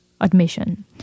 admission